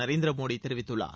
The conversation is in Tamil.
நரேந்திர மோடி தெரிவித்துள்ளார்